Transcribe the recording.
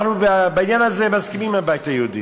אנחנו בעניין הזה מסכימים עם הבית היהודי.